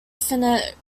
finite